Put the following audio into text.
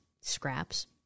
scraps